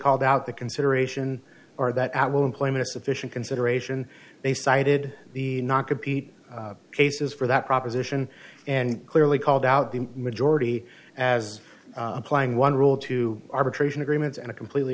called out the consideration or that at will employment a sufficient consideration they cited the not compete basis for that proposition and clearly called out the majority as applying one rule to arbitration agreements and a completely